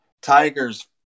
Tigers